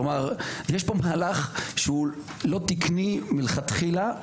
כלומר יש פה מהלך שהוא לא תקני מלכתחילה,